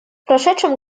прошедшем